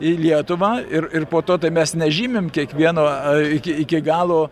į lietuvą ir ir po to tai mes nežymim kiekvieno iki iki galo